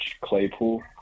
Claypool